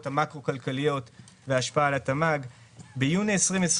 המקרו-כלכליות וההשפעה על התמ"ג; ביוני 2020,